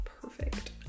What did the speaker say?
perfect